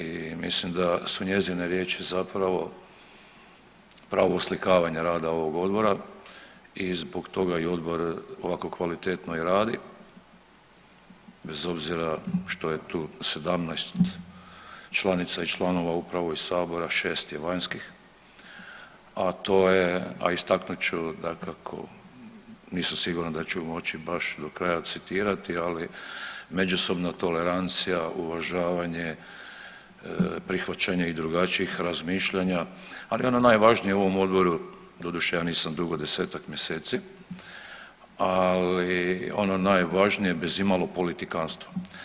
I mislim da su njezine riječi zapravo pravo oslikavanje rada ovog odbora i zbog toga i odbor ovako kvalitetno i radi bez obzira što je tu 17 članica i članova upravo iz sabora, 6 je vanjskih, a to je, a istaknut ću dakako nisam siguran da ću moći baš do kraja citirati, ali međusobna tolerancija, uvažavanje, prihvaćanje i drugačijih razmišljanja, ali ono najvažnije u ovom odboru doduše ja nisam dugo, 10-ak mjeseci, ali ono najvažnije bez imalo politikantstva.